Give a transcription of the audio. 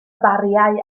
bariau